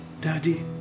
Daddy